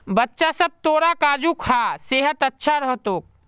बच्चा सब, तोरा काजू खा सेहत अच्छा रह तोक